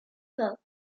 pas